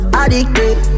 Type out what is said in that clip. addicted